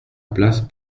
place